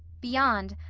beyond,